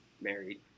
married